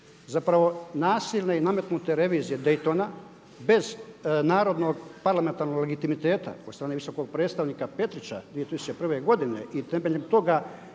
Zapravo nasilno i nametnute revizije Daytona bez narodnog parlamentarnog legitimiteta od strane visokog predstavnika Petrića 2001. godine i temeljem toga